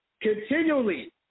continually